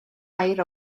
air